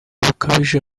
bukabije